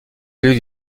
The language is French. celui